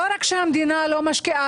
לא רק שהמדינה לא משקיעה,